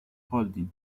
holding